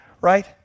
right